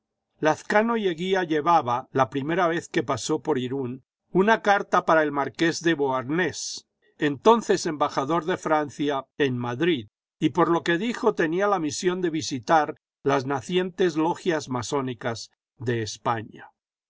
lazcano y eguía llevaba la primera vez que pasó por irún una carta para el marqués de beauharnais entonces embajador de francia en madrid y por lo que dijo tenía la misión de visitar las nacientes logias masónicas de españa